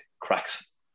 cracks